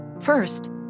First